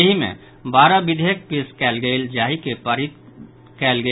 एहि मे बारह विधेयक पेश कयल गेल जाहि के पारित कयल गेल